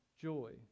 joy